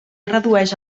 redueix